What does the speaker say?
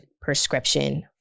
prescription